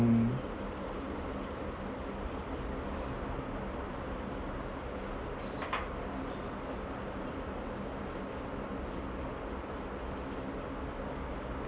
mm